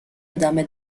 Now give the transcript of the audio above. ادامه